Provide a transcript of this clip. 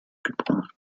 gebracht